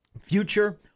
future